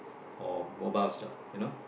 or mobile stuff you know